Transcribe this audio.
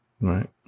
Right